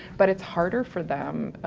but it's harder for them,